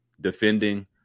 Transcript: defending